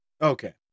Okay